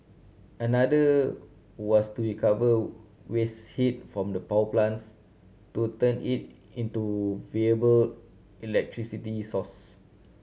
another was to recover waste heat from the power plants to turn it into viable electricity source